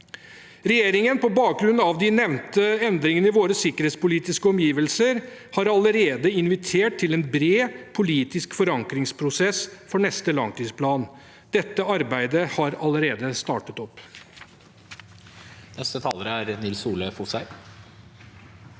Regjeringen har på bakgrunn av de nevnte endringene i våre sikkerhetspolitiske omgivelser invitert til en bred politisk forankringsprosess for neste langtidsplan. Dette arbeidet har allerede startet opp.